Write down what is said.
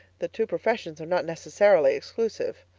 the two professions are not necessarily exclusive.